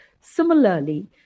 Similarly